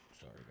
Sorry